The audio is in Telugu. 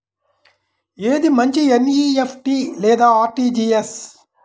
ఏది మంచి ఎన్.ఈ.ఎఫ్.టీ లేదా అర్.టీ.జీ.ఎస్?